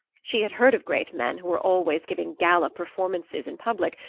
she had heard of great men who were always giving gala performances in public,